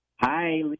Hi